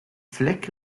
fleck